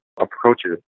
approaches